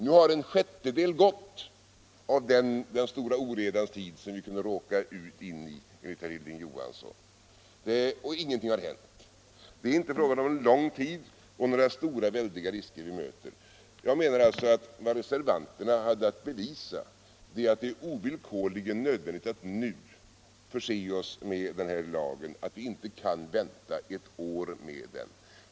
Nu har en sjättedel gått av den stora oredans tid, som vi kunde råka in i enligt herr Hilding Johansson, och ingenting har hänt. Det är inte fråga om någon lång tid och det är inte heller några stora och farliga risker vi möter. Jag menar att reservanterna måste bevisa att det är ovillkorligen nödvändigt att vi nu inför denna lag och inte kan vänta ett år med detta.